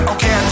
Okay